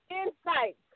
insight